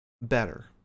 better